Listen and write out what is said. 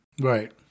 Right